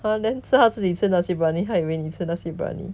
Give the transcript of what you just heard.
err then 是他自己吃 nasi briyani 他以为你吃 nasi briyani